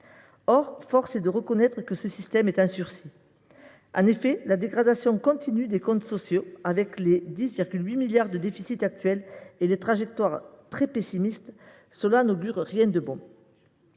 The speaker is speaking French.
Or force est de reconnaître que ce système est en sursis. La dégradation continue des comptes sociaux, avec les 10,8 milliards d’euros de déficit et les trajectoires très pessimistes, n’augure rien de bon.